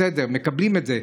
בסדר, מקבלים את זה.